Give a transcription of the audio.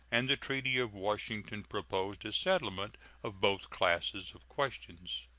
and the treaty of washington proposed a settlement of both classes of questions.